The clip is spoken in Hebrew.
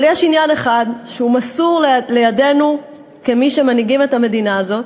אבל יש עניין אחד שמסור לידינו כמי שמנהיגים את המדינה הזאת,